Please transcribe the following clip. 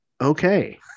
okay